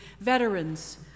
veterans